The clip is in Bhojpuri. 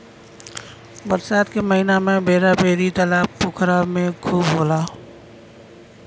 बरसात के महिना में बेरा बेरी तालाब पोखरा में खूब होला